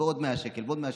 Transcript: עוד 100 שקל ועוד 100 שקל,